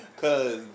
Cause